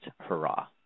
hurrah